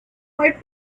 might